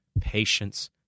patience